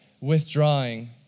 withdrawing